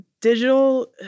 digital